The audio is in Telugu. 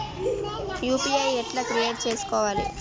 యూ.పీ.ఐ ఎట్లా క్రియేట్ చేసుకోవాలి?